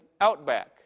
outback